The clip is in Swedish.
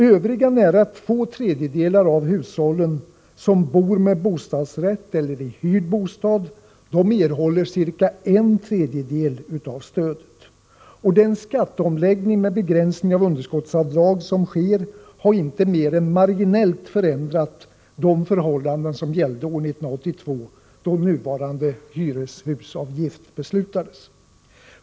Övriga nära två tredjedelar av hushållen, de som bor med bostadsrätt eller i hyrd bostad, erhåller ca en tredjedel av stödet. Skatteomläggningen med begränsning av underskottsavdrag har inte mer än marginellt förändrat de förhållanden som gällde år 1982, då nuvarande hyreshusavgift infördes.